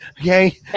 Okay